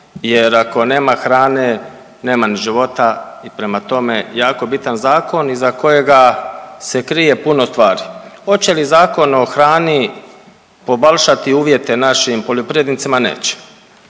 jer ako nema hrane, nema ni života i prema tome jako bitan zakon iza kojega se krije puno stvari. Hoće li Zakon o hrani poboljšati uvjete našim poljoprivrednicima? Neće.